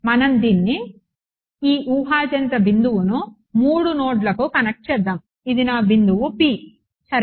మనం దీన్ని ఈ ఊహాజనిత బిందువును 3 నోడ్లకు కనెక్ట్ చేద్దాం ఇది నా బిందువు P సరే